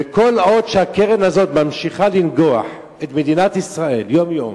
וכל עוד הקרן הזאת ממשיכה לנגוח את מדינת ישראל יום-יום,